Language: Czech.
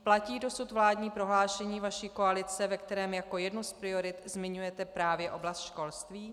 Platí dosud vládní prohlášení vaší koalice, ve kterém jako jednu z priorit zmiňujete právě oblast školství?